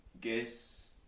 guess